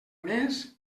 més